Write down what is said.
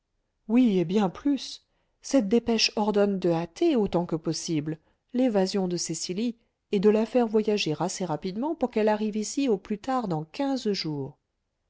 oui et bien plus cette dépêche ordonne de hâter autant que possible l'évasion de cecily et de la faire voyager assez rapidement pour qu'elle arrive ici au plus tard dans quinze jours